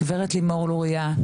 גברת לימור לוריא,